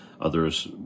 Others